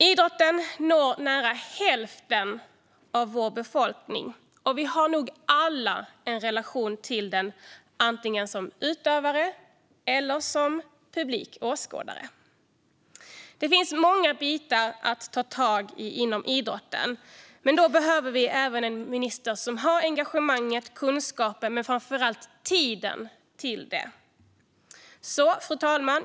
Idrotten når nära hälften av vår befolkning, och vi har alla en relation till den antingen som utövare eller som publik och åskådare. Det finns många bitar att ta tag i inom idrotten, men då behöver vi även en minister som har engagemanget, kunskapen och framför allt tiden till det. Fru talman!